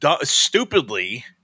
stupidly